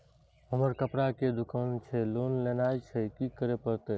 हमर कपड़ा के दुकान छे लोन लेनाय छै की करे परतै?